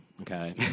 Okay